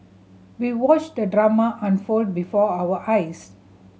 we watched the drama unfold before our eyes